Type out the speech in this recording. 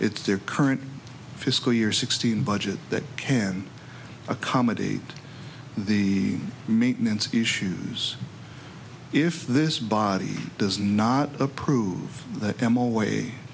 it's their current fiscal year sixteen budget that can accommodate the maintenance issues if this body does not approve the them away